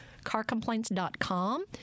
Carcomplaints.com